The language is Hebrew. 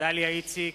דליה איציק,